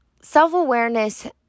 self-awareness